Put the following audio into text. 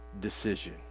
decision